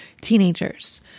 teenagers